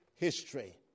history